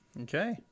Okay